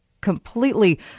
completely